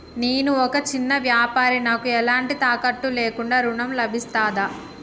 నేను ఒక చిన్న వ్యాపారిని నాకు ఎలాంటి తాకట్టు లేకుండా ఋణం లభిస్తదా?